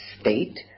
state